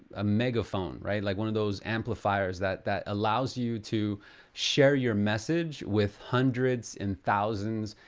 a megaphone, right? like one of those amplifiers that that allows you to share your message with hundreds and thousands,